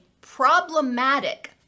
problematic